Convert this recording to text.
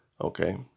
Okay